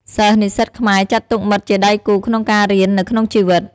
សិស្សនិស្សិតខ្មែរចាត់ទុកមិត្តជាដៃគូក្នុងការរៀន និងក្នុងជីវិត។